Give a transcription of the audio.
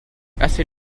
assez